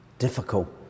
difficult